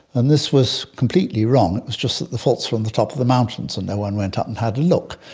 and this was completely wrong, it was just that the faults were on the top of the mountains and no one went up and had a look.